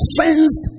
fenced